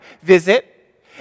visit